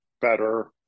better